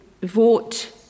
vote